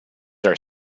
are